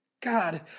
God